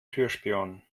türspion